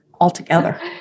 altogether